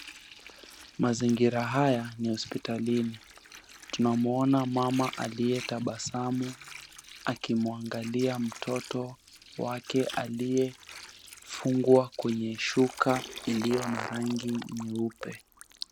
Mazingira haya ni ya hospitalini, tunamuona mama aliyetabasamu akimuangalia mtoto wake aliyefungwa kwenye shuka iliyo na rangi nyeupe.